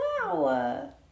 Wow